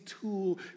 tool